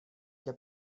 для